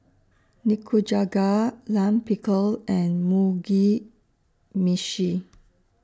Nikujaga Lime Pickle and Mugi Meshi